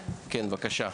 כן, בבקשה.